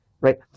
right